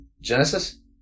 Genesis